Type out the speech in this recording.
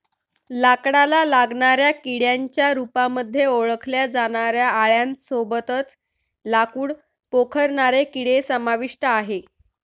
लाकडाला लागणाऱ्या किड्यांच्या रूपामध्ये ओळखल्या जाणाऱ्या आळ्यां सोबतच लाकूड पोखरणारे किडे समाविष्ट आहे